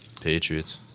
Patriots